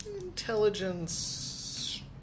Intelligence